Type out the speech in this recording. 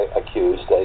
accused